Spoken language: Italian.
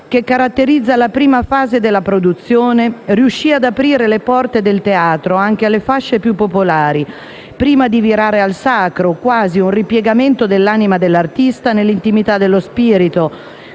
che caratterizza la prima fase della produzione, riuscì ad aprire le porte del teatro anche alle fasce più popolari, prima di virare al sacro, quasi un ripiegamento dell'anima dell'artista nell'intimità dello spirito,